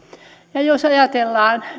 jos ajatellaan